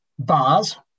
Bars